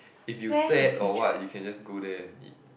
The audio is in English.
if you sad or what you can just go there and eat